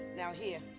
now, here.